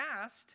asked